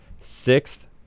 Sixth